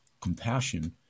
compassion